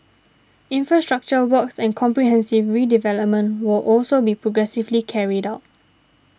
infrastructure works and comprehensive redevelopment will also be progressively carried out